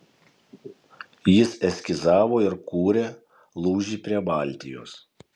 jis eskizavo ir kūrė lūžį prie baltijos